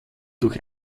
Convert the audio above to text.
durch